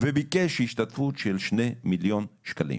וביקש השתתפות של 2 מיליון שקלים.